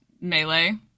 melee